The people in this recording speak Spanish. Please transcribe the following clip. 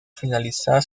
finalizar